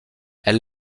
elle